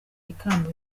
ikamba